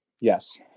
Yes